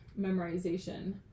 memorization